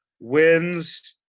wins